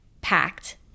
packed